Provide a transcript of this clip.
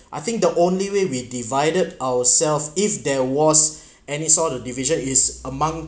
I think the only way we divided ourselves if there was any saw the division is among